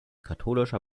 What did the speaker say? katholischer